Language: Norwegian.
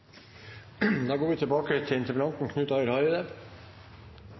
det går jo